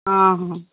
ହଁ ହଁ